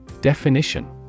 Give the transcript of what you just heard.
Definition